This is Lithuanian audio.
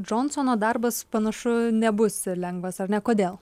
džonsono darbas panašu nebus lengvas ar ne kodėl